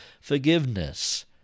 forgiveness